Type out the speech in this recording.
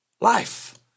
life